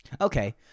Okay